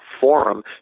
forum